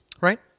Right